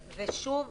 ושוב,